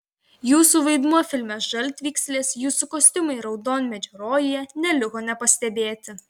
jūsų vaidmuo filme žaltvykslės jūsų kostiumai raudonmedžio rojuje neliko nepastebėti